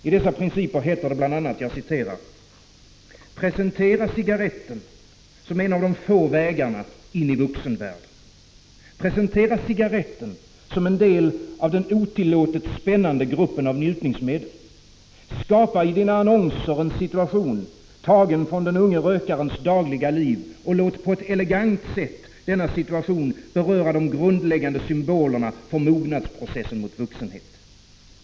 I dessa principer heter det bl.a.: ”Presentera cigaretten som en av de få vägarna in i vuxenvärlden. Presentera cigaretten som en del av den otillåtet spännande gruppen av njutningsmedel. Skapa i dina annonser en situation tagen från den unge rökarens dagliga liv och låt på ett elegant sätt denna situation beröra de grundläggande symbolerna för mognadsprocessen mot vuxenhet.